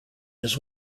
his